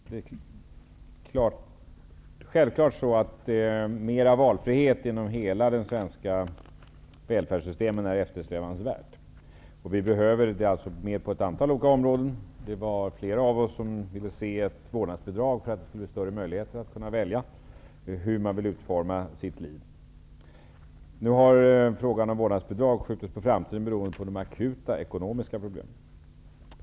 Herr talman! Det är självklart så att mera valfrihet inom hela det svenska välfärdssystemet är eftersträvansvärt -- det behövs på ett antal olika områden. Det var flera av oss som ville ha ett vårdnadsbidrag, därför att det skulle ge människor större möjligheter att välja hur de vill utforma sitt liv. Nu har frågan om vårdnadsbidrag skjutits på framtiden, beroende på de akuta ekonomiska problemen.